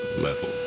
level